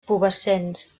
pubescents